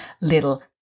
little